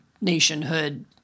nationhood